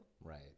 Right